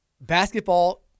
basketball